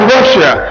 Russia